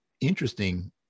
interesting